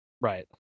Right